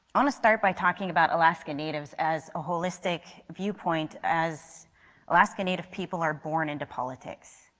um to start by talking about alaskan natives as a holistic viewpoint, as alaskan native people are born into politics.